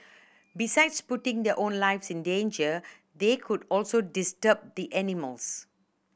besides putting their own lives in danger they could also disturb the animals